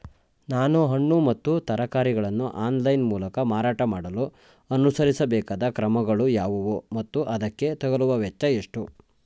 ನಾನು ಹಣ್ಣು ಮತ್ತು ತರಕಾರಿಗಳನ್ನು ಆನ್ಲೈನ ಮೂಲಕ ಮಾರಾಟ ಮಾಡಲು ಅನುಸರಿಸಬೇಕಾದ ಕ್ರಮಗಳು ಯಾವುವು ಮತ್ತು ಅದಕ್ಕೆ ತಗಲುವ ವೆಚ್ಚ ಎಷ್ಟು?